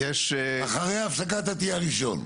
אחרי ההפסקה אתה תהיה הראשון.